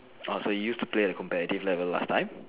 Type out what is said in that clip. orh so you used to play at a competitive level last time